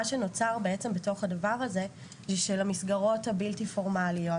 מה שנוצר זה שלמסגרות הבלתי פורמליות,